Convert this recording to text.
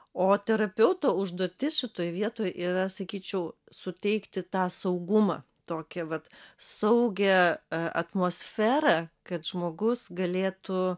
o terapeuto užduotis šitoj vietoj yra sakyčiau suteikti tą saugumą tokią vat saugią atmosferą kad žmogus galėtų